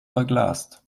verglast